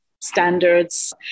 standards